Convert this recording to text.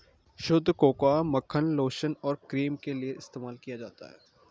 शुद्ध कोकोआ मक्खन लोशन और क्रीम के लिए इस्तेमाल किया जाता है